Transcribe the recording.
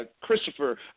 christopher